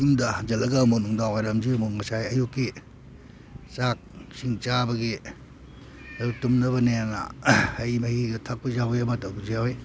ꯌꯨꯝꯗ ꯍꯟꯖꯤꯜꯂꯒ ꯑꯃꯨꯛ ꯅꯨꯡꯗꯥꯡꯋꯥꯏꯔꯝꯁꯤꯗ ꯑꯃꯨꯛ ꯉꯁꯥꯏ ꯑꯌꯨꯛꯀꯤ ꯆꯥꯛ ꯏꯁꯤꯡ ꯆꯥꯕꯒꯤ ꯑꯗꯨ ꯇꯨꯝꯅꯕꯅꯦꯅ ꯍꯩ ꯃꯍꯤ ꯊꯛꯄ ꯌꯥꯎꯏ ꯑꯃ ꯇꯧꯕꯁꯨ ꯌꯥꯎꯏ